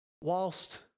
whilst